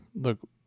look